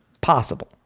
possible